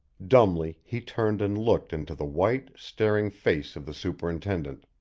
dumbly he turned and looked into the white, staring face of the superintendent.